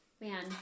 Man